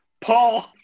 Paul